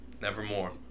Nevermore